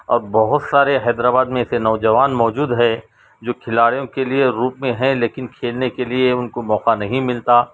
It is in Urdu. اور بہت سارے حیدرآباد میں ایسے نوجوان موجود ہے جو کھلاڑیوں کے لیے روپ میں ہے لیکن کھیلنے کے لیے ان کو موقع نہیں ملتا